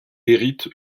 hérite